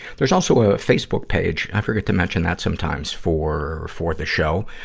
there's also a facebook page i forget to mention that sometimes for, for this show.